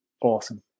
Awesome